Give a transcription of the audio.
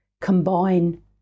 combine